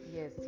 Yes